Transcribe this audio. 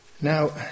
Now